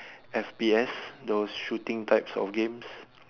F_P_S those shooting types of games